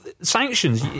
sanctions